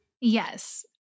Yes